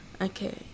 Okay